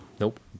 Nope